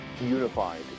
unified